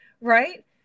right